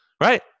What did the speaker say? right